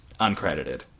uncredited